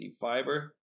Fiber